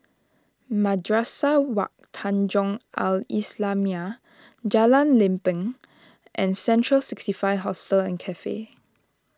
Madrasah Wak Tanjong Al Islamiah Jalan Lempeng and Central sixty five Hostel and Cafe